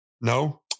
No